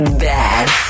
bad